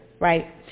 right